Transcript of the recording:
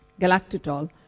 Galactitol